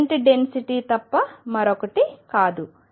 ఇది current density తప్ప మరొకటి కాదు